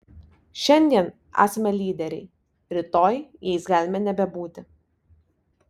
šiandien esame lyderiai rytoj jais galime nebebūti